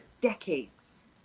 decades